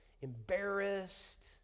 embarrassed